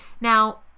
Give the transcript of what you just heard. Now